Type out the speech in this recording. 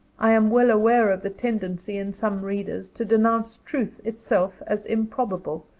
i am well aware of the tendency, in some readers, to denounce truth itself as improbable,